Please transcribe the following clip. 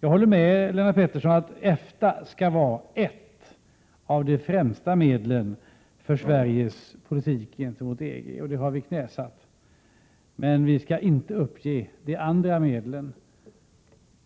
Jag håller med Lennart Pettersson om att EFTA skall vara ett av de främsta medlen för Sveriges politik gentemot EG, och detta har vi knäsatt. Men vi skall inte uppge de andra medlen.